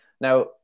now